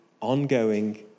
ongoing